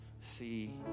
see